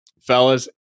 Fellas